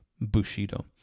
Bushido